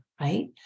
Right